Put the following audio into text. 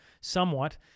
somewhat